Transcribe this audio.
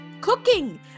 Cooking